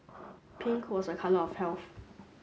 pink was a colour of health